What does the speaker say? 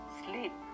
sleep